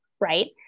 Right